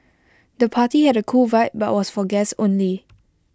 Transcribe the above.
the party had A cool vibe but was for guests only